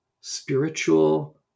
spiritual